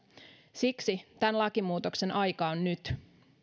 siksi tämän lakimuutoksen aika on nyt